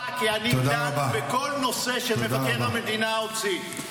רק להביא לידיעתך כי אני דן בכל נושא שמבקר המדינה הוציא.